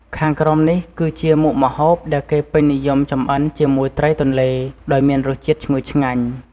ខាងក្រោមនេះគឺជាមុខម្ហូបដែលគេពេញនិយមចម្អិនជាមួយត្រីទន្លេ ដោយមានរសជាតិឈ្ងុយឆ្ងាញ់។